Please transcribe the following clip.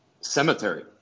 Cemetery